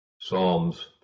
Psalms